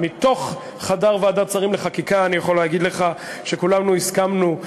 מתוך חדר ועדת שרים לחקיקה אני יכול להגיד לך שכולנו הסכמנו,